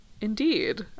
Indeed